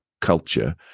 culture